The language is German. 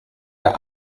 der